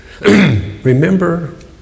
remember